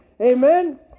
Amen